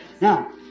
Now